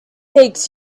makes